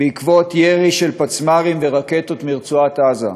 מירי של פצמ"רים ורקטות מרצועת-עזה.